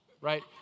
right